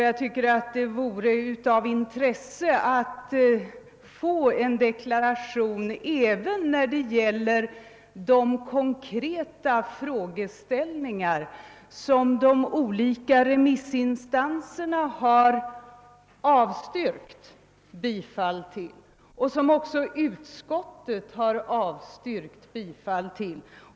Jag tycker det vore av intresse att få en deklaration även beträffande den konkreta fråga som de olika remissinstanserna och utskottet avstyrkt bifall till.